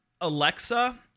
Alexa